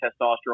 testosterone